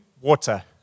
water